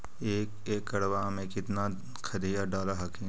एक एकड़बा मे कितना खदिया डाल हखिन?